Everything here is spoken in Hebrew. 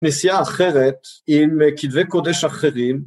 כנסיה אחרת עם כתבי קודש אחרים